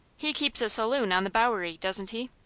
he keeps a saloon on the bowery, doesn't he?